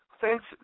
Thanks